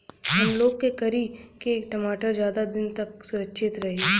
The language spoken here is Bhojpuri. हमलोग का करी की टमाटर ज्यादा दिन तक सुरक्षित रही?